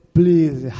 please